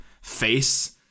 face